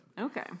Okay